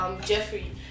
Jeffrey